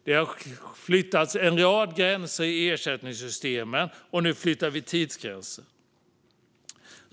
Det har flyttats en rad gränser i ersättningssystemen, och nu flyttar vi tidsgränsen.